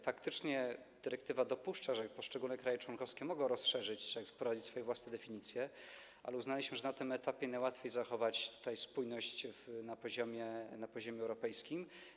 Faktycznie dyrektywa dopuszcza, że poszczególne kraje członkowskie mogą rozszerzyć, wprowadzić swoje własne definicje, ale uznaliśmy, że na tym etapie najłatwiej zachować tutaj spójność na poziomie europejskim.